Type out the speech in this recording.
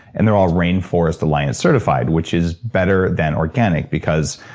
and they're all rainforest alliance certified, which is better than organic because,